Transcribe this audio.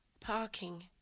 parking